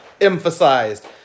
emphasized